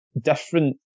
different